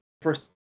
first